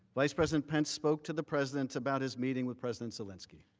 vice president pence spoke to the president about his meeting with president zelensky.